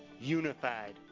Unified